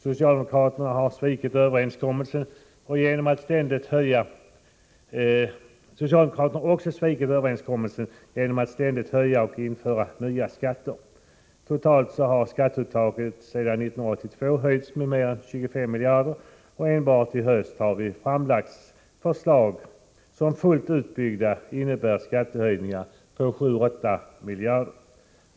Socialdemokraterna har också svikit överenskommelsen genom att ständigt höja skatterna och införa nya skatter. Totalt har skatteuttaget sedan 1982 höjts med mer än 25 miljarder, och enbart i höst har det framlagts förslag som fullt utbyggda innebär skattehöjningar på 7-8 miljarder.